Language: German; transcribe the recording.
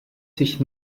sich